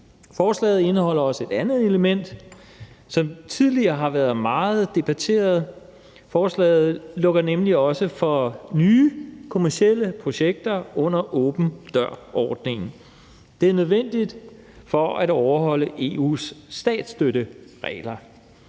Forslaget indeholder også et andet element, som tidligere har været meget debatteret. Forslaget lukker nemlig også for nye kommercielle projekter under åben dør-ordningen. Det er nødvendigt for at overholde EU's statsstøtteregler.